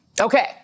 Okay